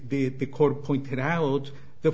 the court pointed out the